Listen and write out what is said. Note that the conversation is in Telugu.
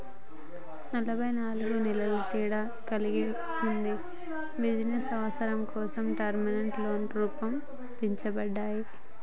ఎనబై నాలుగు నెలల తేడా కలిగి ఉండి బిజినస్ అవసరాల కోసం టర్మ్ లోన్లు రూపొందించబడ్డాయి